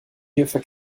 hierfür